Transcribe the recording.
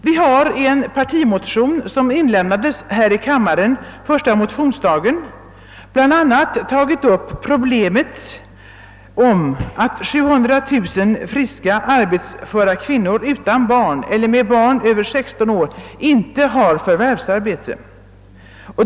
Vi har i en partimotion, som inlämnades här i kammaren första motionsdagen, bl.a. tagit upp problemet att 700 000 friska, arbetsföra kvinnor utan barn eller med barn över 16 år inte har förvärvsarbete.